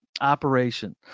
operation